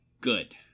Good